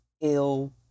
ill